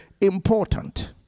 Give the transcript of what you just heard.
important